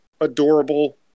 adorable